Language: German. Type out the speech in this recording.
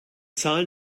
zahl